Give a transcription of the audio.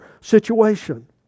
situation